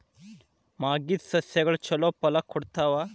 ಮಾಗಿದ್ ಸಸ್ಯಗಳು ಛಲೋ ಫಲ ಕೊಡ್ತಾವಾ?